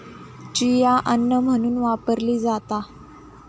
chia अन्न म्हणून वापरली जाता